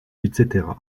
etc